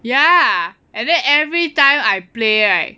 ya and then every time I play right